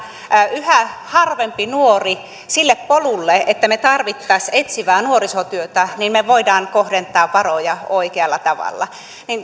yhä harvemman nuoren sille polulle että me tarvitsisimme etsivää nuorisotyötä me voimme kohdentaa varoja oikealla tavalla